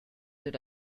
did